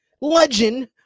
legend